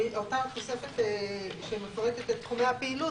באותה תוספת שמפרטת את תחומי הפעילות,